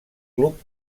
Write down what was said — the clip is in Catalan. club